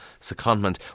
secondment